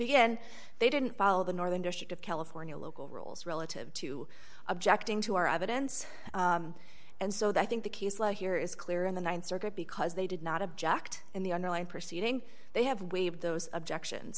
again they didn't follow the northern district of california local rules relative to objecting to our evidence and so that i think the key here is clear in the th circuit because they did not object in the underlying proceeding they have waived those objection